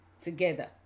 together